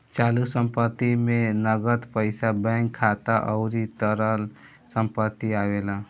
चालू संपत्ति में नगद पईसा बैंक खाता अउरी तरल संपत्ति आवेला